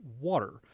water